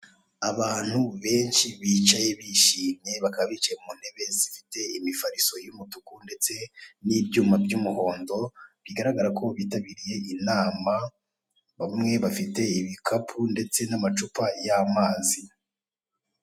Abantu benshi bicaye bishimye bakaba bicaye mu ntebe zifite imifariso y'umutuku, ndetse n'ibyuma by'umuhondo, bigaragara ko bitabiriye inama, bamwe bafite ibikapu ndetse n'amacupa y'amazi.